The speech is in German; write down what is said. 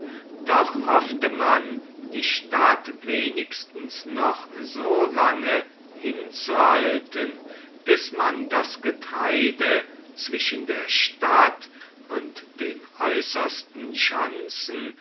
doch hoffte man die stadt wenigstens noch so lange hinzuhalten bis man das getreide zwischen der stadt und den äußersten schanzen